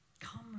come